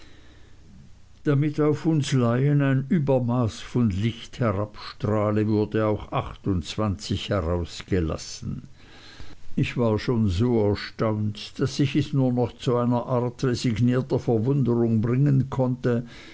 damit auf uns laien ein übermaß von licht herabstrahle wurde auch herausgelassen ich war schon so erstaunt daß ich es nur noch zu einer art resignierter verwunderung bringen konnte